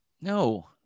no